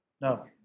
No